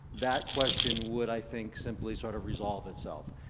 that question would, i think, simply sort of resolve itself.